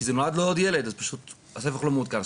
נולד לו עוד ילד אז פשוט הספח לא מעודכן.